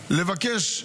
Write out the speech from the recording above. רוצה לבקש,